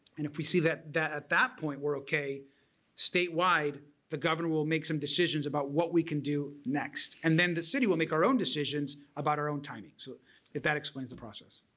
and if we see that that at that point we're okay statewide, the governor will make some decisions about what we can do next and then the city will make our own decisions about our own timing so if that explains the process.